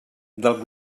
del